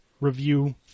review